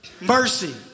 mercy